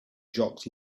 jocks